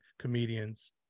comedians